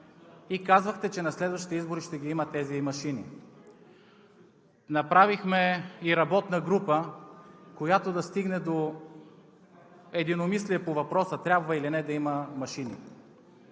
и казвахте, че на следващите избори ще ги има тези машини. Направихме и работна група, която да стигне до единомислие по въпроса трябва или не да има машини.